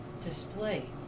display